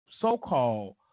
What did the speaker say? so-called